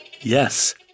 Yes